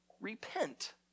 repent